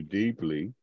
deeply